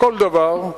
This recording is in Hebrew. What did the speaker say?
כל דבר,